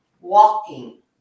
walking